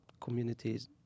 communities